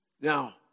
Now